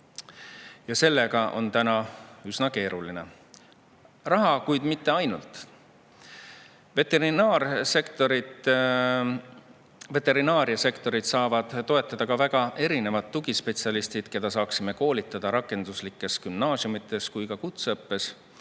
sellega on üsna keeruline. Vaja on raha, kuid mitte ainult. Veterinaariasektorit saavad toetada ka väga erinevad tugispetsialistid, keda saaksime koolitada nii rakenduslikes gümnaasiumides kui ka